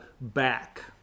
back